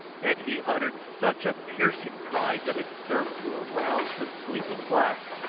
and he uttered such a piercing cry that it served to arouse the sleeping blacks,